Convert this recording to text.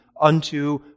unto